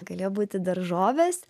galėjo būti daržovės